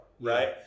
right